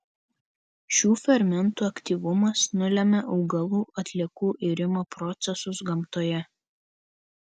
šių fermentų aktyvumas nulemia augalų atliekų irimo procesus gamtoje